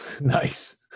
Nice